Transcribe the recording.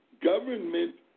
Government